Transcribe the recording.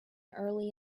early